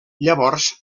llavors